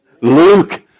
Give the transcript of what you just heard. Luke